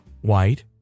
white